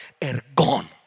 Ergon